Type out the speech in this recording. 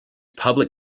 public